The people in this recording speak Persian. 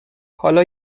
حالا